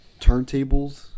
turntables